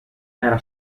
era